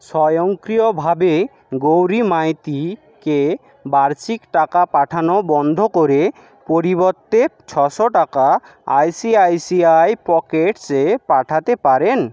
স্বয়ংক্রিয়ভাবে গৌরী মাইতিকে বার্ষিক টাকা পাঠানো বন্ধ করে পরিবর্তে ছশো টাকা আইসিআইসিআই পকেটস এ পাঠাতে পারেন